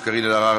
של קארין אלהרר,